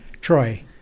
Troy